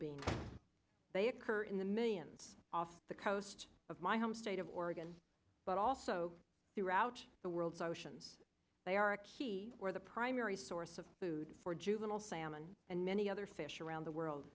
being they occur in the millions off the coast of my home state of oregon but also throughout the world's oceans they are a key or the primary source of food for juvenile salmon and many other fish around the world